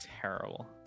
terrible